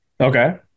Okay